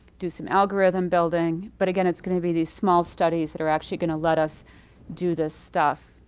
do some algorithm building, but again, it's going to be these small studies that are actually going to let us do this stuff.